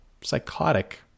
psychotic